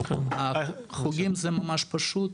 חוגים זה ממש פשוט,